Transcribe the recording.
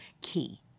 key